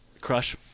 crush